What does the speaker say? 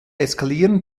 eskalieren